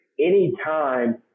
Anytime